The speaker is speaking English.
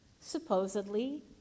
supposedly